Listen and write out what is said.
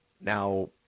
Now